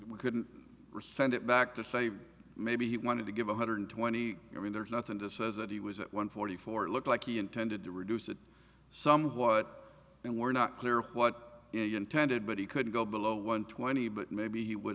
we couldn't send it back to say maybe he wanted to give one hundred twenty i mean there's nothing to say that he was at one forty four looked like he intended to reduce it somewhat and we're not clear what you intended but he couldn't go below one twenty but maybe he would